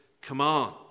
command